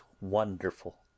wonderful